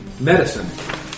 Medicine